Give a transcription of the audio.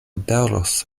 daŭros